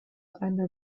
eine